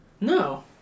No